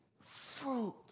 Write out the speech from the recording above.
fruit